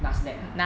NASDAQ